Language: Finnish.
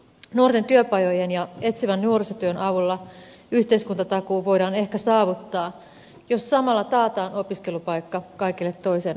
nuorten työpajojen ja etsivän nuorisotyön avulla yhteiskuntatakuu voidaan ehkä saavuttaa jos samalla taataan opiskelupaikka kaikille toisen asteen opiskelijoille